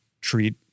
treat